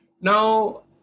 Now